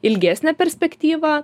ilgesnę perspektyvą